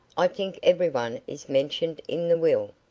i think everyone is mentioned in the will,